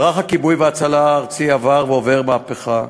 מערך הכיבוי וההצלה הארצי עבר ועובר מהפכה.